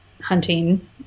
hunting